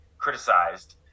Criticized